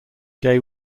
gay